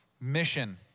mission